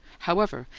however,